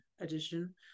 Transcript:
edition